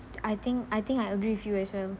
I think I think I agree with you as well